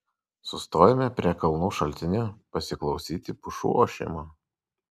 sustojome prie kalnų šaltinio pasiklausyti pušų ošimo